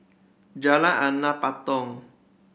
Jalan Anak Patong